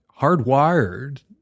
hardwired